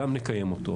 גם נקיים אותו,